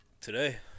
Today